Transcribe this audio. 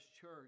Church